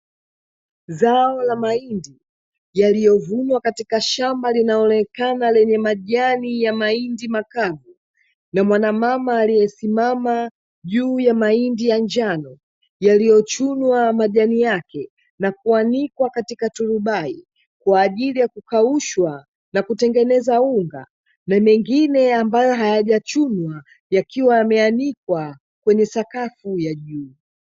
Zao la mahindi yaliyovunwa katika shamba linaloonekana lenye majani ya mahindi makavu na mwanamama aliyesimama juu ya mahindi ya njano yaliyochunwa majani yake na kuanikwa katika turubai kwa ajili ya kukaushwa na kutengeneza unga, na mengine ambayo hayajachunwa yakiwa yameanikwa kwenye sakafu ya juu.